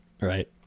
Right